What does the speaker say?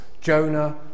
Jonah